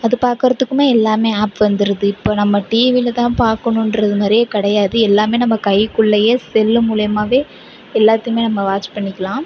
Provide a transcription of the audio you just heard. அது பாக்கிறத்துக்குமே எல்லாம் ஆப் வந்துடுது இப்போ நம்ம டிவியில் தான் பார்க்கணுன்றது மாதிரியே கிடையாது எல்லாம் நம்ம கைகுள்ளேயே செல்லு மூலியமாகவே எல்லாத்தயும் நம்ம வாட்ச் பண்ணிக்கலாம்